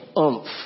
oomph